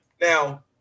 Now